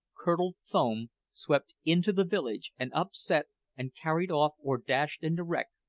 curdled foam, swept into the village and upset and carried off, or dashed into wreck,